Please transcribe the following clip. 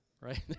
right